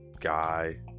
guy